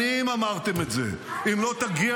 שנים אמרתם את זה ------- אם לא תגיע